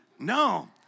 No